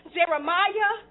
Jeremiah